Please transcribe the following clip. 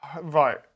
Right